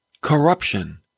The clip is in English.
corruption